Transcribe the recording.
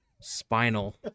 Spinal